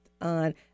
on